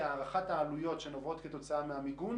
להערכת העלויות שנובעות כתוצאה מהמיגון